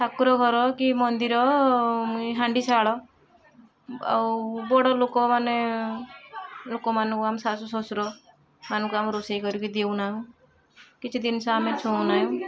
ଠାକୁର ଘର କି ମନ୍ଦିର ହାଣ୍ଡିଶାଳ ଆଉ ବଡ଼ ଲୋକମାନେ ଲୋକମାନଙ୍କୁ ଆମ ଶାଶୁ ଶ୍ୱଶୁରମାନଙ୍କୁ ଆମେ ରୋଷେଇ କରିକି ଦେଉନାହୁଁ କିଛି ଜିନଷ ଆମେ ଛୁଁ ନାହୁଁ